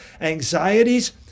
anxieties